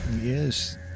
Yes